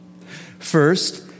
First